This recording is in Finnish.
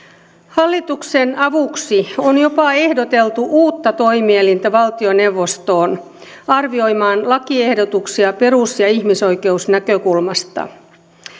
hallituksen avuksi on jopa ehdoteltu uutta toimielintä valtioneuvostoon arvioimaan lakiehdotuksia perus ja ihmisoikeusnäkökulmasta